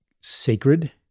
sacred